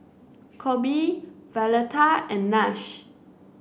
Coby Violeta and Nash